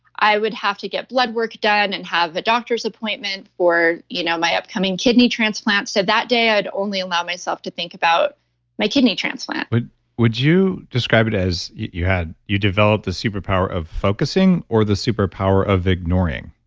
i would have to get blood work done and have a doctor's appointment for you know my upcoming kidney transplant. so that day, i'd only allow myself to think about my kidney transplant would would you describe it as you developed the super power of focusing or the superpower of ignoring?